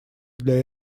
для